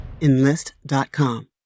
Enlist.com